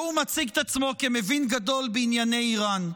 והוא מציג את עצמו כמבין גדול בענייני איראן.